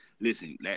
Listen